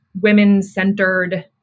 women-centered